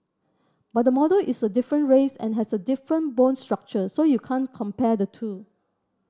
but the model is a different race and has a different bone structure so you can't compare the two